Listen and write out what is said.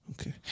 Okay